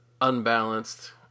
unbalanced